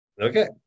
Okay